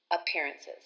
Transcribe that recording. appearances